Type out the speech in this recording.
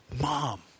mom